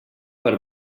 per